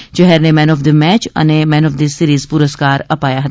યહરને man of the match અને man of the series પુરસ્કાર અપાયા હતા